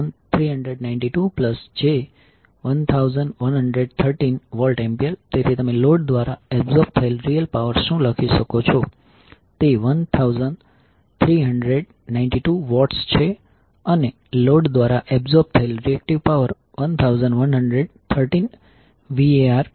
66°1392j1113VA તેથી તમે લોડ દ્વારા એબ્સોર્બ થયેલ રીયલ પાવર શું લખી શકો છો તે 1392 વોટ્સ છે અને લોડ દ્વારા એબ્સોર્બ થયેલ રીએક્ટીવ પાવર 1113 VAR છે